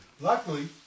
Luckily